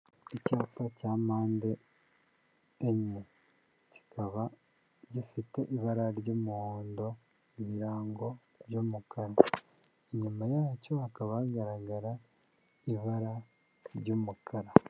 Icyapa cya mande enye kikaba gifite ibara ry'umuhondo ibirango by'umukara, inyuma yacyo hakaba hagaragara ibara ry'umukara.